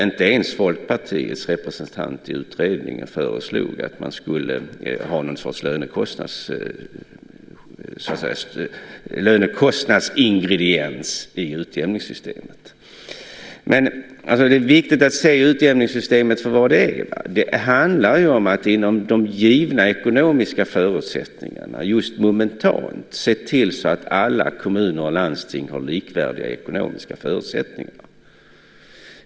Inte ens Folkpartiets representant i utredningen föreslog att man skulle ha någon sorts lönekostnadsingrediens i utjämningssystemet. Det är viktigt att se utjämningssystemet för vad det är. Det handlar om att inom de givna ekonomiska förutsättningarna just momentant se till att alla kommuner och landsting har likvärdiga ekonomiska förutsättningar.